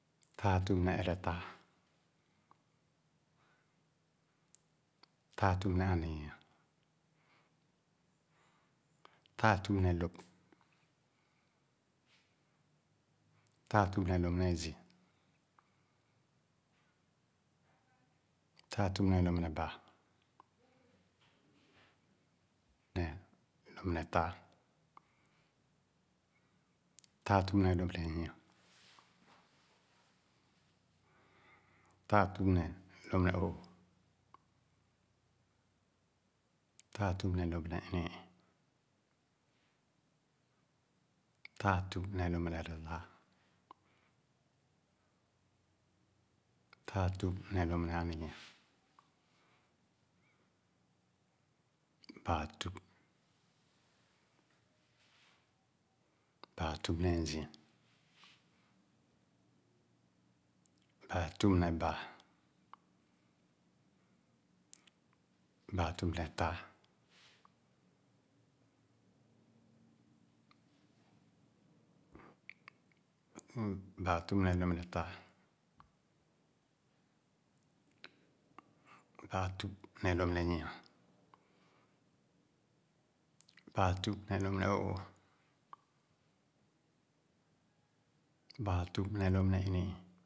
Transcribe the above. Taa tüp eredāa, taa tüp ne aninya, lāa tüp ne lōp. Taa tüp ne lōp ne azii, taa tüp ne lōp ne baa, ne lōp ne tāa, taa tüp ne lōp ne nyi-a, taa tüp ne lōp ne o’ooh, taa tüp ne lōp ne ini-ii, taa tüp ne lōp ereba, taa tüp ne lōp ne erelāa, lāatüp ne lōp ne aninyia, baa tüp. Baa tup ne azii, baa tüp ne baa, baa tüp ne lāa, baa tüp ne lop ne taa, baa tup ne lōp ne nyi-a, baa tüp ne lōp ne o’oo, baa tüp ne lōp ne ini-ii.̣